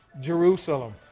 Jerusalem